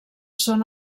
són